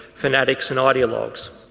fanatics and ideologs.